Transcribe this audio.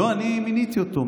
לא אני מיניתי אותו.